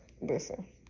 listen